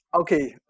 Okay